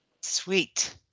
Sweet